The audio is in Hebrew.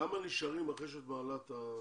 כמה נשארים אחרי שאת מעלה את ה-3,300?